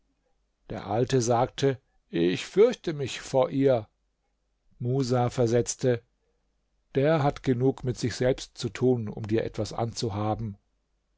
der alte sagte ich fürchte mich vor ihr musa versetzte der hat genug mit sich selbst zu tun um dir etwas anzuhaben